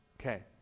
Okay